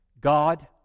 God